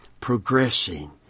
progressing